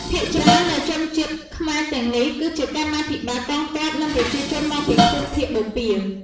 ភាគច្រើននៃជនជាតិខ្មែរទាំងនេះគឺជាកម្មាភិបាល កងទ័ព និងប្រជាជនមកពីភូមិភាគបូព៌ា។